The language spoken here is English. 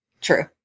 true